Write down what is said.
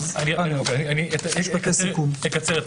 אקצר.